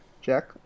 jack